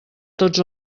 tots